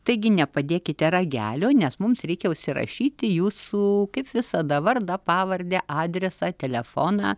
taigi nepadėkite ragelio nes mums reikia užsirašyti jūsų kaip visada vardą pavardę adresą telefoną